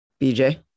BJ